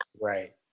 Right